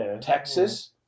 Texas